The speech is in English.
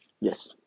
Yes